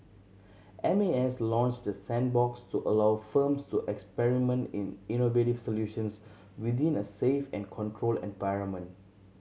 M A S launched the sandbox to allow firms to experiment in innovative solutions within a safe and controlled environment